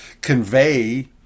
convey